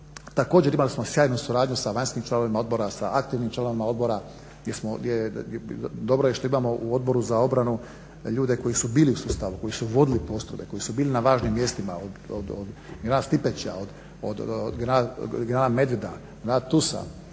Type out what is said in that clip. Također imali smo sjajnu suradnju sa vanjskim članovima odbora, sa aktivnim članovima odbora. Dobro je što imamo u Odboru za obranu ljude koji su bili u sustavu, koji su vodili poslove, koji su bili na važnim mjestima, od generala Stipetića, od generala Medveda, generala Tusa